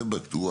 זה בטוח.